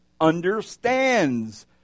understands